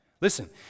Listen